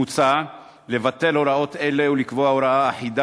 מוצע לבטל הוראות אלה ולקבוע הוראה אחידה